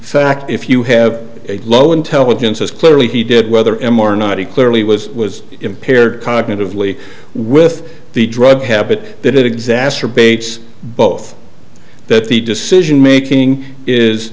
fact if you have a low intelligence as clearly he did whether him or not he clearly was was impaired cognitively with the drug habit that exacerbates both that the decision making is